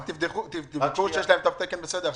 רק תבדקו שיש להם תו תקן בסדר.